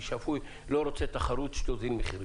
"שפוי" לא רוצה תחרות שתוזיל מחירים.